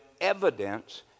evidence